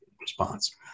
response